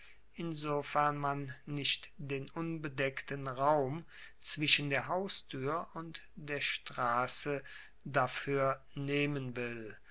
insofern man nicht den unbedeckten raum zwischen der haustuer und der strasse dafuer nehmen will